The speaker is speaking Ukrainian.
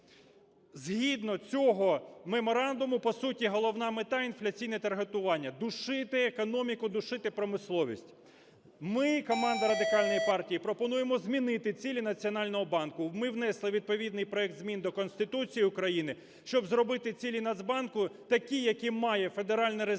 Згідно цього меморандуму, по суті, головна мета – інфляційне таргетування, душити економіку, душити промисловість. Ми, команда Радикальної партії, пропонуємо змінити цілі Національного банку. Ми внесли відповідний проект змін до Конституції України, щоб зробити цілі Нацбанку такі, які має федеральна резервна